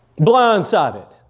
Blindsided